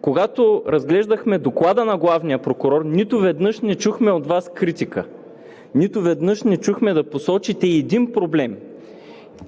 Когато разглеждахме доклада на главния прокурор, нито веднъж не чухме от Вас критика, нито веднъж не чухме да посочите и един проблем.